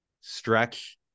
stretch